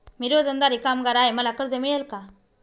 मी रोजंदारी कामगार आहे मला कर्ज मिळेल का?